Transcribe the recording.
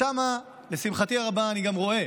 שם, לשמחתי הרבה, אני גם רואה